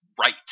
right